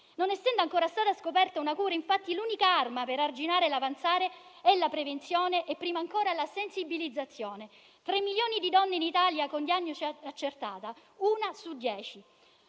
Non essendo ancora stata scoperta una cura, infatti, l'unica arma per arginarne l'avanzare è la prevenzione e, prima ancora, la sensibilizzazione. Stiamo parlando di 3 milioni di donne in Italia con diagnosi accertata, una su dieci;